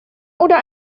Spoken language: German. oder